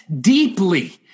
deeply